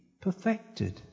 perfected